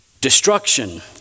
Destruction